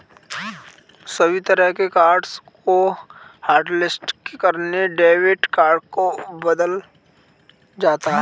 सभी तरह के कार्ड्स को हाटलिस्ट करके डेबिट कार्ड को बदला जाता है